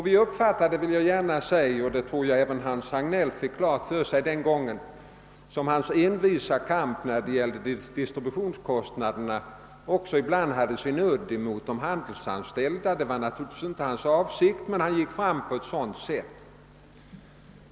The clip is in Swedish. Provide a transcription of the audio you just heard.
Vi fattade det hela så — det tror jag att även Hans Hagnell fick klart för sig — att hans envisa kamp när det gällde distributionskostnaderna ibland också hade sin udd riktad mot de handelsanställda. Det var naturligtvis inte hans avsikt, men han gick fram på det sättet.